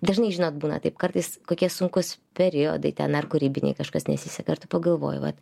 dažnai žinot būna taip kartais kokie sunkūs periodai ten ar kūrybiniai kažkas nesiseka ar tu pagalvoji vat